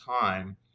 time